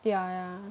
ya ya